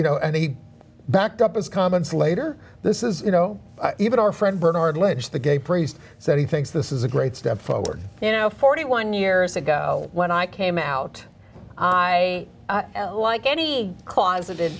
you know and he backed up his comments later this is you know even our friend bernard law the gay priest said he thinks this is a great step forward you know forty one years ago when i came out i like any closeted